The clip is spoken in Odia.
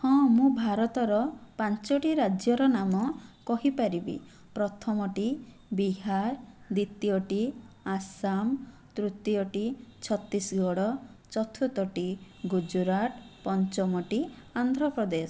ହଁ ମୁଁ ଭାରତର ପାଞ୍ଚଟି ରାଜ୍ୟର ନାମ କହି ପାରିବି ପ୍ରଥମଟି ବିହାର ଦ୍ୱିତୀୟଟି ଆସାମ ତୃତୀୟଟି ଛତିଶଗଡ଼ ଚତୁର୍ଥଟି ଗୁଜୁରାଟ ପଞ୍ଚମଟି ଆନ୍ଧ୍ରପ୍ରଦେଶ